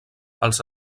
els